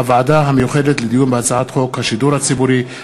הוועדה המיוחדת לדיון בהצעת חוק השידור הציבורי,